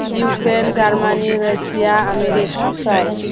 Ukraine Germany Russia America France